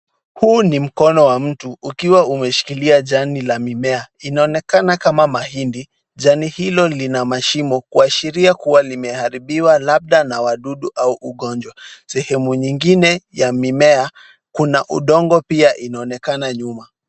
Huu ni mkono wa mtu, ukiwa umeshikilia jani la mimea. Inaonekana kama mahindi. Jani hilo lina mashimo, kuashiria kuwa limeharibiwa na wadudu au ugonjwa. Sehemu nyingine ya mimea, kuna udongo pia inaonekana nyuma.